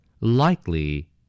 Likely